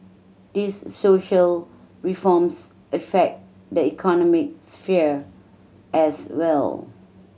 these social reforms affect the economic sphere as well